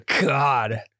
God